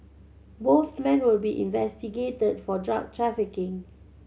both men will be investigated for drug trafficking